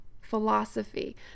philosophy